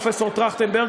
פרופסור טרכטנברג,